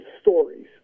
stories